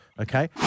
Okay